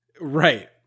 Right